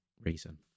reason